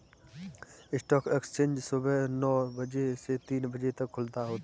stock exchange सुबह नो बजे से तीन बजे तक खुला होता है